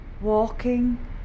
walking